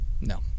No